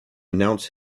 announce